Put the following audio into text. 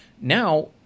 Now